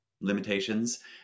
limitations